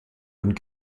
und